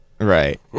Right